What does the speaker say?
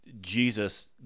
Jesus